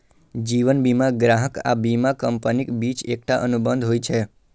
जीवन बीमा ग्राहक आ बीमा कंपनीक बीच एकटा अनुबंध होइ छै